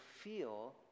feel